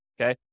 Okay